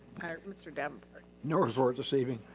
mr. davenport. no report this evening.